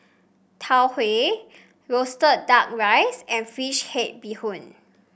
Tau Huay roasted duck rice and fish head Bee Hoon